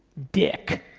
dick.